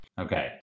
okay